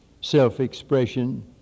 self-expression